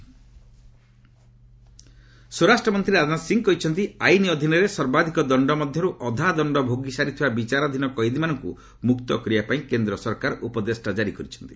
UP ସ୍ୱରାଷ୍ଟ ମନ୍ତ୍ରୀ ରାଜନାଥ ସିଂହ କହିଛନ୍ତି ଆଇନ୍ ଅଧୀନରେ ସର୍ବାଧିକ ଦଣ୍ଡ ମଧ୍ୟରୁ ଅଧା ଦଣ୍ଡ ଭୋଗ ସାରିଥିବା ବିଚାରାଧୀନ କଏଦୀମାନଙ୍କୁ ମୁକ୍ତ କରିବା ପାଇଁ କେନ୍ଦ୍ ସରକାର ଉପଦେଷ୍ଟା ଜାରି କରିଛନ୍ତି